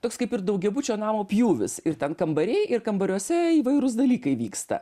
toks kaip ir daugiabučio namo pjūvis ir ten kambariai ir kambariuose įvairūs dalykai vyksta